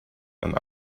and